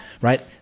Right